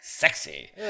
sexy